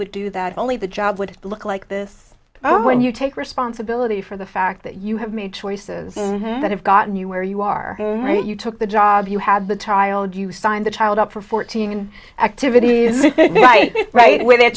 would do that only the job would look like this oh when you take responsibility for the fact that you have made choices that have gotten you where you are right you took the job you had the child you signed the child up for fourteen activities right away they